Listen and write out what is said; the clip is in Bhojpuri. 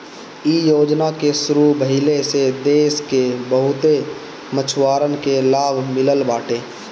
इ योजना के शुरू भइले से देस के बहुते मछुआरन के लाभ मिलल बाटे